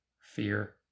fear